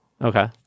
Okay